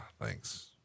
Thanks